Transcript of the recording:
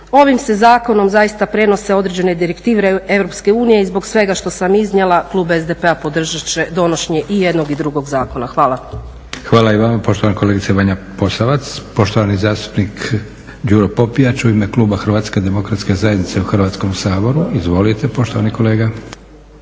Ovim se zakonom zaista prenose određene direktive EU i zbog svega što sam iznijela klub SDP-a podržat će donošenje i jednog i drugog zakona. Hvala. **Leko, Josip (SDP)** Hvala i vama poštovana kolegice Vanja Posavac. Poštovani zastupnik Đuro Popijač u ime kluba HDZ-a u Hrvatskom saboru. Izvolite poštovani kolega.